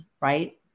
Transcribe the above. right